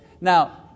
Now